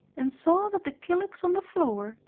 and saw that the kylix on the floor,